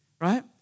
right